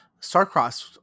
Starcross